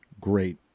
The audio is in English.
Great